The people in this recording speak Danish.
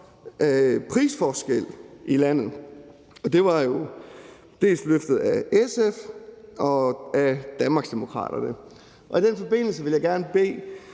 prisforskelle i landet. Det var jo dels løftet af SF og af Danmarksdemokraterne. I den forbindelse vil jeg gerne bede